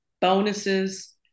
bonuses